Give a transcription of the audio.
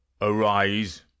Arise